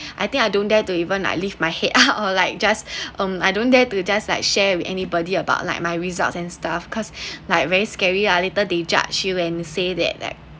I think I don't dare to even I leave my head out or like just um I don't dare to just like share with anybody about like my results and stuff cause like very scary uh later they judge you and say that that